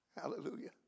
Hallelujah